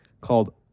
called